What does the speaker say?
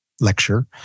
lecture